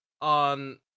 on